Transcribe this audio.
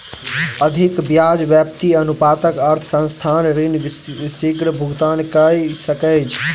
अधिक ब्याज व्याप्ति अनुपातक अर्थ संस्थान ऋण शीग्र भुगतान कय सकैछ